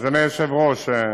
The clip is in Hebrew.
אדוני היושב-ראש,